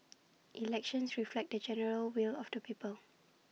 elections reflect the general will of the people